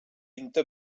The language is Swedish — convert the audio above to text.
inte